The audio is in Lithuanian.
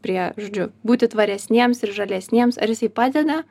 prie žodžiu būti tvaresniems ir žalesniems ar jisai padeda